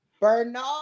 Bernard